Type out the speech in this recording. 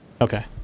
Okay